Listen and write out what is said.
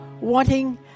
wanting